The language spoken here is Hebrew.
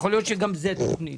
יכול להיות שגם זו תוכנית.